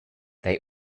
they